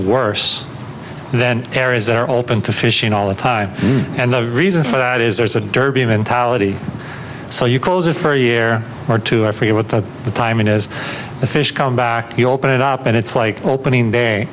worse than areas that are open to fishing all the time and the reason for that is there's a derby mentality so you closer for a year or two i forget what the priming is the fish come back you open it up and it's like opening day